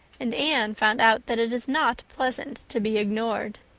and anne found out that it is not pleasant to be ignored.